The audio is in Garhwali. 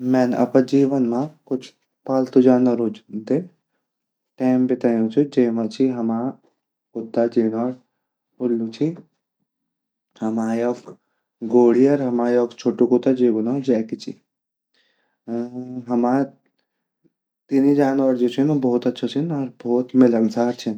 मैन अपरा जीवन मा कुछ पालतू जानवरो दे टाइम बीतयु ची जेमा हमा योक कुत्ता ची जेगु नौ उल्लू ची हमा योक गोड़ी अर योक छोटू कुत्ता जेगु नौ जैकी ची हमा तीनि जानवर जु छिन भोत अच्छा छिन अर भोत मिलनसार छिन।